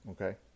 Okay